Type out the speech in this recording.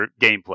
gameplay